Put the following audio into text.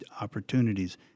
opportunities